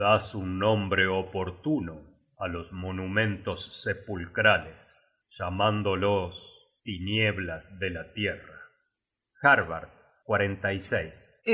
das un nombre oportuno á los monumentos sepulcrales llamándolos tinieblas de la tierra harbard